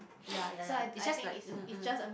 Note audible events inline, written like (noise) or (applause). ya ya ya it's just like (noise)